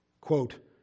Quote